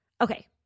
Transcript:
Okay